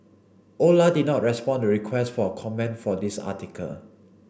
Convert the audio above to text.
Ola did not respond to requests for comment for this article